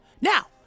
Now